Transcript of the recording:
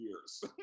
years